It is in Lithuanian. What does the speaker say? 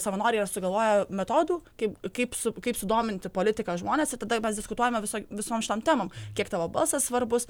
savanoriai yra sugalvoję metodų kaip kaip su kaip sudominti politika žmones ir tada mes diskutuojame viso visom šitom temom kiek tavo balsas svarbus